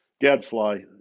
Gadfly